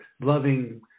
loving